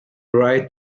write